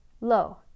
Low